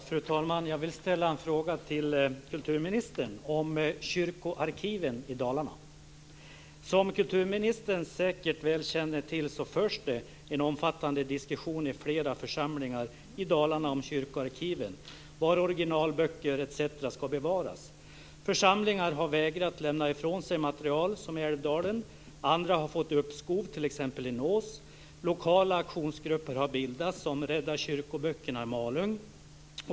Fru talman! Jag vill ställa en fråga till kulturministern om kyrkoarkiven i Dalarna. Som kulturministern säkert väl känner till förs det en omfattande diskussion i flera församlingar i Dalarna om kyrkoarkiven, var originalböcker etc. ska bevaras. Församlingar har vägrat att lämna ifrån sig material som gäller Dalarna. Andra har fått uppskov, t.ex. i Nås. Lokala aktionsgrupper har bildats, som Rädda kyrkoböckerna i Malung.